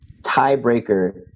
tiebreaker